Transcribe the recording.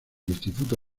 instituto